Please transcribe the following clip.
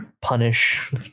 punish